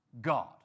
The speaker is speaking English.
God